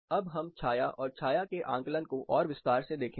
अब हम छाया और छाया के आकलन को और विस्तार से देखेंगे